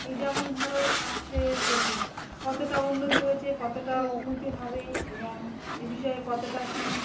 এই যেমন ধরো স্বাস্থ্যের প্রতি কতটা উন্নতি হয়েছে কতটা উন্নতি হবে এবং এ বিষয়ে কতটা কী